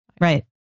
Right